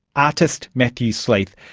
artist matthew sleeth,